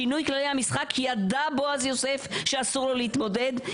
זה שינוי כללי המשחק כי ידע בועז יוסף שאסור לו להתמודד,